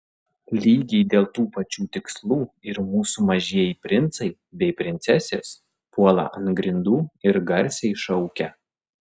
lygiai dėl tų pačių tikslų ir mūsų mažieji princai bei princesės puola ant grindų ir garsiai šaukia